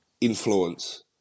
influence